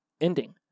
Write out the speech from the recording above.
ending